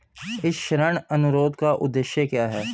इस ऋण अनुरोध का उद्देश्य क्या है?